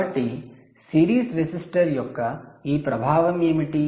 కాబట్టి series resistor యొక్క ఈ ప్రభావం ఏమిటి